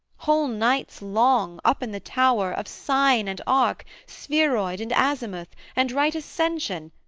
whole nights long, up in the tower, of sine and arc, spheroid and azimuth, and right ascension,